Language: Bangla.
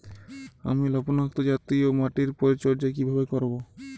আমি লবণাক্ত জাতীয় মাটির পরিচর্যা কিভাবে করব?